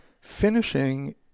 Finishing